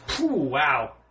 wow